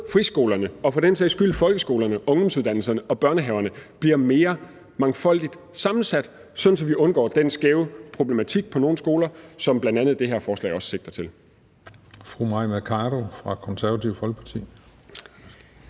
friskolerne og for den sags skyld folkeskolerne, ungdomsuddannelserne og børnehaverne bliver mere mangfoldigt sammensat, sådan at vi undgår problematikken med den skævhed, der er på nogle skoler, og som det her forslag bl.a. også sigter til.